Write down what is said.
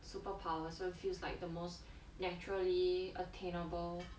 superpower so feels like the most naturally attainable